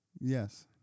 Yes